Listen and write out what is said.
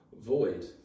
void